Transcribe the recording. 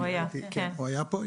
כן הוא היה פה.